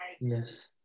Yes